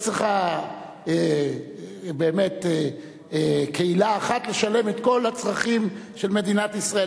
לא צריכה באמת קהילה אחת לשלם את כל הצרכים של מדינת ישראל.